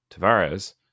Tavares